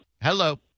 Hello